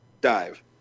dive